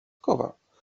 obowiązkowa